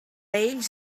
ells